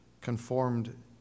conformed